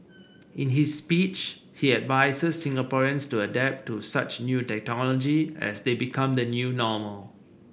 in his speech he advises Singaporeans to adapt to such new technology as they become the new normal